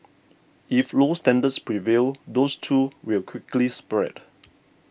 if low standards prevail those too will quickly spread